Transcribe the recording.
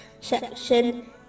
section